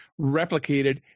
replicated